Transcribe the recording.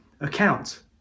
account